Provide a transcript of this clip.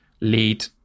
lead